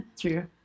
true